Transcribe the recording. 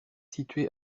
située